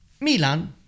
Milan